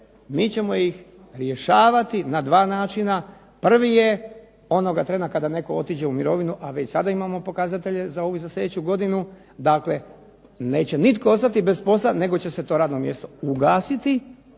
mi ćemo ih rješavati na dva načina, prvi je onoga trena kada netko otiđe u mirovinu a već sada imamo pokazatelje za ovu i za sljedeću godinu, dakle neće nitko ostati bez posla, nego će se to radno mjesto ugasiti,